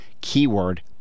keyword